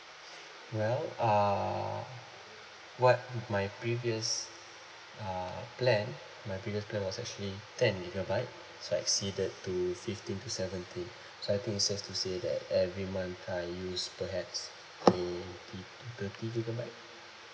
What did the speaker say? well uh what my previous uh plan my previous plan was actually ten gigabyte so exceeded to fifteen to seventeen so I think it's safe to say that every month I use perhaps to thirty gigabyte